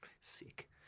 Sick